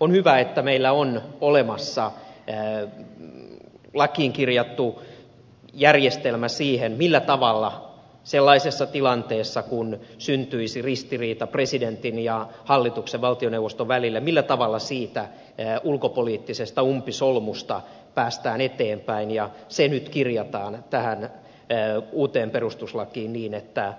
on hyvä että meillä on olemassa lakiin kirjattu järjestelmä siihen millä tavalla sellaisessa tilanteessa jossa syntyisi ristiriita presidentin ja hallituksen valtioneuvoston välillä siitä ulkopoliittisesta umpisolmusta päästään eteenpäin ja se nyt kirjataan tähän uuteen perustuslakiin niin että